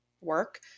work